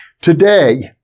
Today